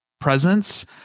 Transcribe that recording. presence